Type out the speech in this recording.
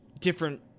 different